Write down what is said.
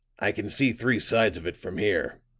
i can see three sides of it from here,